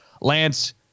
Lance